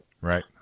Right